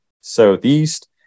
southeast